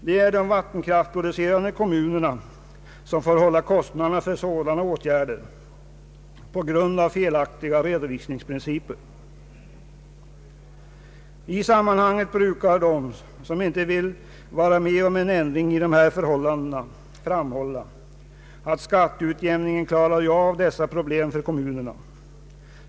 Det är de vattenkraftverksproducerande kommunerna som får bära kostnaderna för sådana åtgärder på grund av felaktiga redovisningsprinciper. I sammanhanget brukar de som inte vill vara med om en ändring i dessa förhållanden framhålla att skatteutjämningen klarar ju av dessa problem för kommunerna.